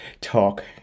talk